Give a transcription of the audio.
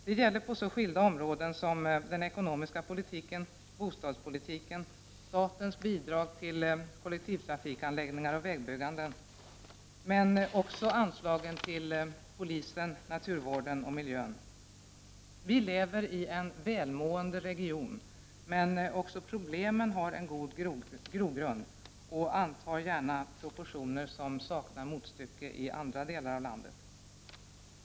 Det behövs stöd på så skilda områden som den ekonomiska politiken och bostadspolitiken, statliga bidrag till kollektivtrafikanläggningar och vägbyggande, men också anslag till polisen, naturvården och miljön. Vi lever i en välmående region, men också problemen har en god grogrund och antar gärna proportioner som saknar motstycke i andra delar av landet.